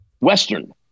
Western